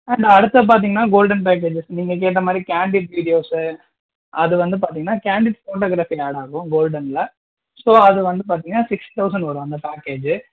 ஆ நான் அடுத்தது பார்த்தீங்கனா கோல்டன் பேஜ்கேஜ்ஜஸ் நீங்கள் கேட்ட மாதிரி கேன்டிட் வீடியோஸ்ஸு அது வந்து பார்த்தீங்கனா கேன்டிட் ஃபோட்டோகிராபில் ஆட் ஆகும் கோல்டனில் ஸோ அது வந்து பார்த்தீங்கனா சிக்ஸ் தௌசண்ட் வரும் அந்த பேக்கேஜ்ஜு